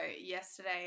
yesterday